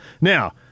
Now